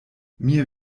mir